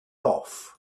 off